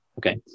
Okay